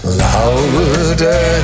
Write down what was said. louder